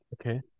Okay